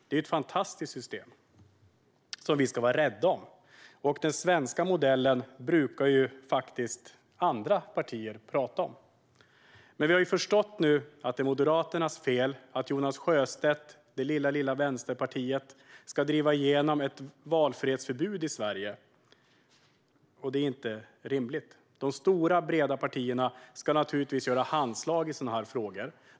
Det är ett fantastiskt system som vi ska vara rädda om. Den svenska modellen brukar faktiskt andra partier prata om. Men vi har nu förstått att det är Moderaternas fel att Jonas Sjöstedt och det lilla Vänsterpartiet ska driva igenom ett valfrihetsförbud i Sverige. Det är inte rimligt. De stora, breda partierna ska naturligtvis ta i hand i sådana här frågor.